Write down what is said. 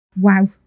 Wow